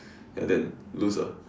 and then lose ah